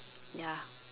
ya